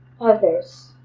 others